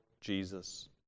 Jesus